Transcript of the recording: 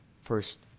first